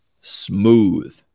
smooth